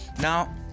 now